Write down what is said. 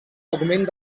augment